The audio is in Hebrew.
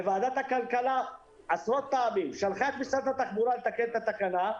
ועדת הכלכלה עשרות פעמים שלחה את משרד התחבורה לתקן את התקנה,